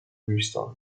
restored